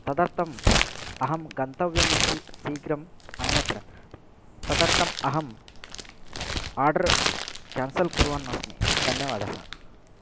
तदर्थम् अहं गन्तव्यम् अस्ति शीघ्रम् अन्यत्र तदर्थम् अहं आर्डर् क्यान्सेल् कुर्वन् अस्मि धन्यवादः